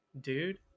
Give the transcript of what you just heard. Dude